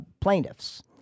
plaintiffs